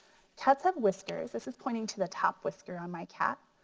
cats have whiskers, this is pointing to the top whisker on my cat.